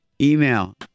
email